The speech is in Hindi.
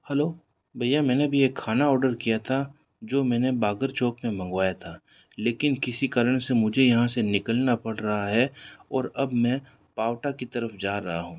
हलो भईया मैंने भी एक खाना ओडर किया था जो मैंने बागर चौक में मंगवाया था लेकिन किसी कारण से मुझे यहाँ से निकलना पड़ रहा है और अब मैं पाउटा की तरफ जा रहा हूँ